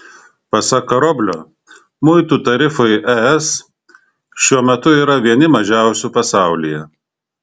pasak karoblio muitų tarifai es šiuo metu yra vieni mažiausių pasaulyje